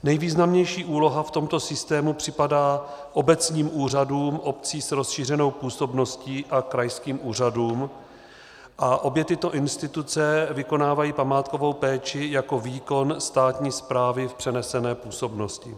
Nejvýznamnější úloha v tomto systému připadá obecním úřadům obcí s rozšířenou působností a krajským úřadům a obě tyto instituce vykonávají památkovou péči jako výkon státní správy v přenesené působnosti.